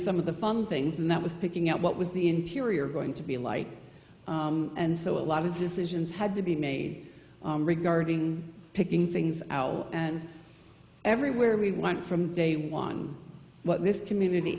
some of the fun things and that was picking out what was the interior going to be like and so a lot of decisions had to be made regarding picking things out and everywhere we went from day one what this community